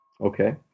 Okay